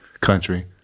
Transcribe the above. country